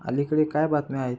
अलीकडे काय बातम्या आहेत